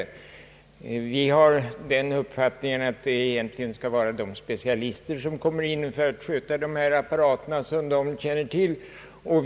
Vi har inom utskottet framfört den uppfattningen att denna benämning egentligen endast bör tillkomma de specialister som handhar maskiner och apparatur som de har särskild kännedom om.